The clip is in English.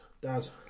Daz